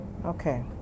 Okay